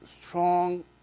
strong